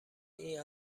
این